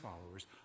followers